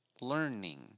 learning